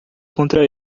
contra